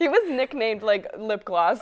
he was nicknamed like lip gloss